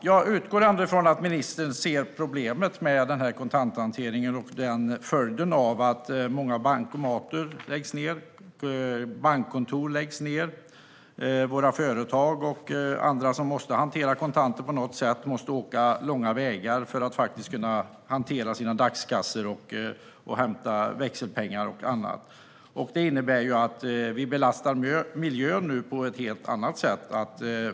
Jag utgår ändå från att ministern ser problemet med kontanthanteringen och följden av att många bankomater och bankkontor läggs ned. Våra företag och andra som måste hantera kontanter på något sätt tvingas åka långa vägar för att kunna hantera sina dagskassor och hämta växelpengar och annat. Det innebär också att vi nu belastar miljön på ett helt annat sätt.